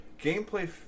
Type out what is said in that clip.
Gameplay